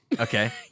Okay